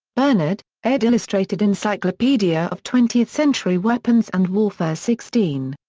bernard, ed. illustrated encyclopedia of twentieth century weapons and warfare sixteen.